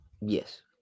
Yes